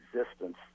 existence